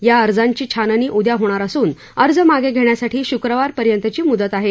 या अर्जांची छाननी उद्या होणार असून अर्ज मागे घेण्यासाठी शुक्रवारपर्यंतची मुदत आहे